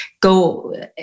go